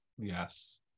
Yes